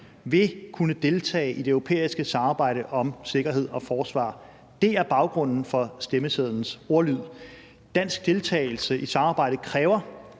vil kunne deltage i det europæiske samarbejde om sikkerhed og forsvar. Det er baggrunden for stemmesedlens ordlyd. Dansk deltagelse i samarbejdet kræver